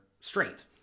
straight